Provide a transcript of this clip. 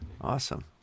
Awesome